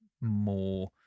more